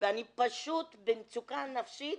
ואני פשוט במצוקה נפשית.